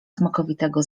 smakowitego